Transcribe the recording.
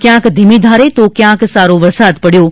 ક્વાંક ધીમી ધારે તો ક્વાંક સારો વરસાદ પડ્યો હતો